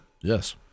Yes